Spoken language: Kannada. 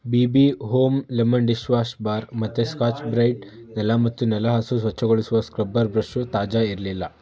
B B home lemon dishwash bar ಮತ್ತು ಸ್ಕಾಚ್ ಬ್ರೈಟ್ ನೆಲ ಮತ್ತು ನೆಲಹಾಸು ಸ್ವಚ್ಛಗೊಳಿಸುವ ಸ್ಕ್ರಬ್ಬರ್ ಬ್ರಷ್ಷು ತಾಜಾ ಇರಲಿಲ್ಲ